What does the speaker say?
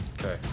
Okay